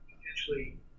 potentially